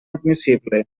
admissible